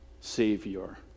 Savior